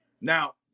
Now